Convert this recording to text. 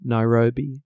Nairobi